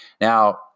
Now